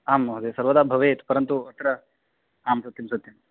आं महोदय सर्वदा भवेत् परन्तु अत्र आं सत्यं सत्यम्